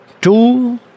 Two